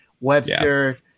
Webster